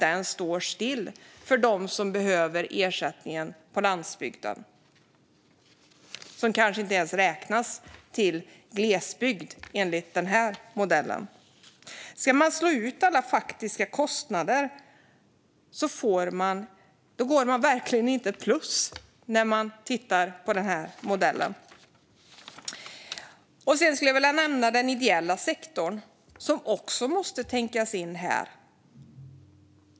Den står still för dem som behöver den på landsbygden - som kanske inte ens räknas till glesbygd enligt den här modellen. Slår vi ut alla faktiska kostnader går man verkligen inte plus med den här modellen. Sedan skulle jag vilja nämna den ideella sektorn, som också måste tänkas in här.